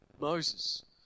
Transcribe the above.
Moses